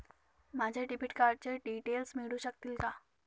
माझ्या डेबिट कार्डचे डिटेल्स मिळू शकतील का?